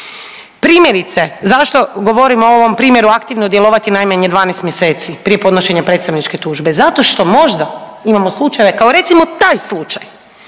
Primjerice zašto govorim o ovom primjeru aktivno djelovati najmanje 12 mjeseci prije podnošenja predstavničke tužbe. Zato što možda imamo slučajeve kao recimo taj slučaj